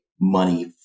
money